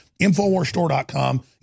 InfoWarsStore.com